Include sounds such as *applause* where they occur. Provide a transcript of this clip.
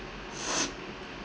*noise*